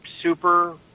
super